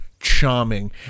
charming